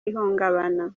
ihungabana